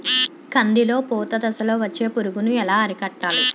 కందిలో పూత దశలో వచ్చే పురుగును ఎలా అరికట్టాలి?